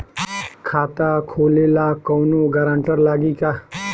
खाता खोले ला कौनो ग्रांटर लागी का?